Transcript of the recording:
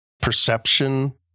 perception